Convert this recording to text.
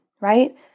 right